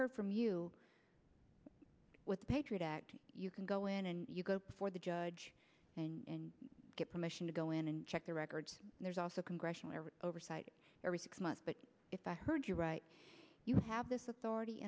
heard from you with the patriot act you can go in and you go before the judge and get permission to go in and check the records there's also congressional oversight every six months but if i heard you right you have this authority